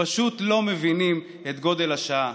ופשוט לא מבינים את גודל השעה.